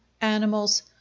animals